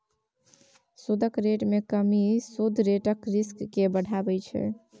सुदक रेट मे कमी सुद रेटक रिस्क केँ बढ़ाबै छै